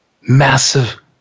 massive